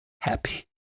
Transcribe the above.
happy